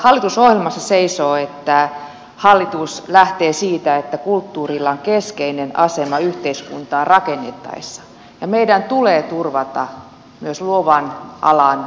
hallitusohjelmassa seisoo että hallitus lähtee siitä että kulttuurilla on keskeinen asema yhteiskuntaa rakennettaessa ja meidän tulee turvata myös luovan alan työntekijöiden toimeentulo